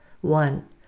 One